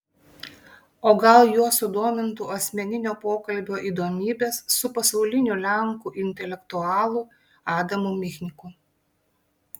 o gal juos sudomintų asmeninio pokalbio įdomybės su pasauliniu lenkų intelektualu adamu michniku